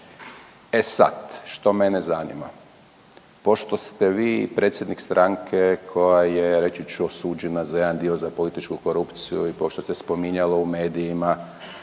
E sad, što mene zanima, pošto ste vi predsjednik stranke koja je reći ću osuđena za jedan dio za političku korupciju i kao što se spominjalo u medijima